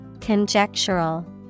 Conjectural